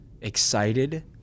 excited